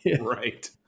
Right